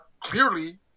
clearly